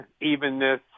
evenness